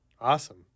awesome